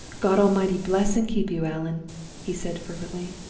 god almighty bless and keep you, allan he said, fervently.